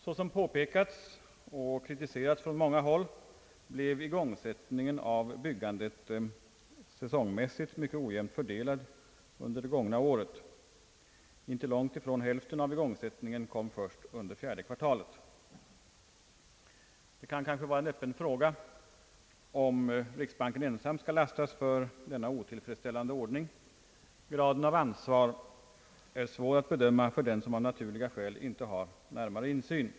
Såsom påpekats och kritiserats från många håll blev igångsättningen av byggandet säsongmässigt mycket ojämnt fördelad under det gångna året. Inte långt ifrån hälften av igångsättningen kom först under fjärde kvartalet. Det kan kanske vara en öppen fråga om riksbanken ensam skall lastas för denna otillfredsställande ordning. Graden av ansvar är svår att bedöma för den som av naturliga skäl inte har närmare insyn.